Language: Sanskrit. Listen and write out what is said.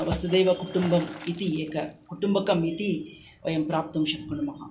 वसुधैव कुटुम्बम् इति एकं कुटुम्बकम् इति वयं प्राप्तुं शक्नुमः